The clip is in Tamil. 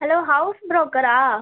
hello house ப்ரோக்கரா